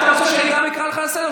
אתה רוצה שאני אקרא גם אותך לסדר?